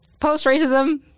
Post-racism